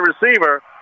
receiver